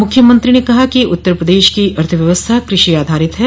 मुख्यमंत्री ने कहा कि उत्तर प्रदेश की अर्थव्यवस्था कृषि आधारित है